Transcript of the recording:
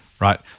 right